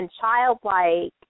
childlike